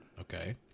Okay